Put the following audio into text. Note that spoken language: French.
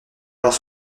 alors